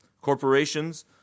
Corporations